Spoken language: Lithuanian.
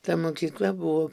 ta mokykla buvo